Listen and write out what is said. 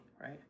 right